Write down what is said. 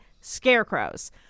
scarecrows